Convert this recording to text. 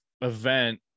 event